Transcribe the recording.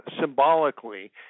symbolically